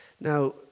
Now